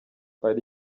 ari